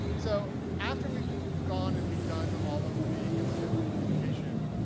so, after we'd gone and we'd done all of the incident communication,